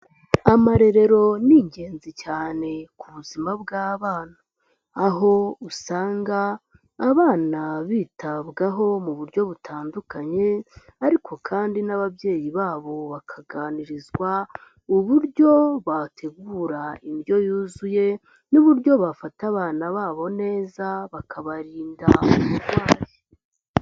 Amarerero ni ingenzi cyane ku buzima bw'abana, aho usanga abana bitabwaho mu buryo butandukanye, ariko kandi n'ababyeyi babo bakaganirizwa uburyo bategura indyo yuzuye, n'uburyo bafata abana babo neza bakabarinda uburwayi.